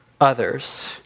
others